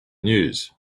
news